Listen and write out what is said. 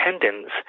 tendons